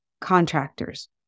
contractors